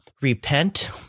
repent